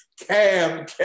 Cam